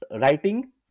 writing